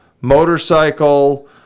motorcycle